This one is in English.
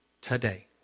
today